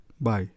bye